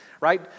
right